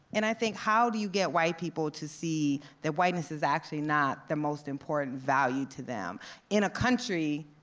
and i think, how do you get white people to see that whiteness is actually not the most important value to them in a country,